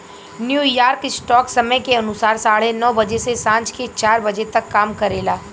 New York stock समय के अनुसार साढ़े नौ बजे से सांझ के चार बजे तक काम करेला